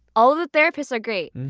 all the therapists are great.